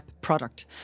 product